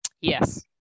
Yes